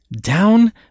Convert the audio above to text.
down